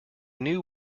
knew